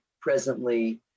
presently